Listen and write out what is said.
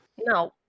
No